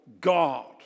God